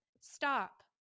Stop